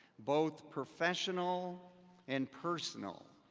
both professional and personal.